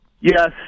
Yes